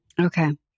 Okay